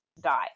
die